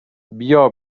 بیا